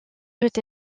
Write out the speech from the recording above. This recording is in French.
peut